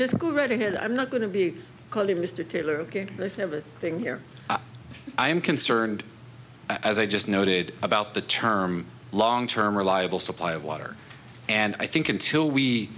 just go right ahead i'm not going to be calling mr taylor let's have a thing here i am concerned as i just noted about the term long term reliable supply of water and i think until we